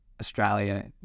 Australia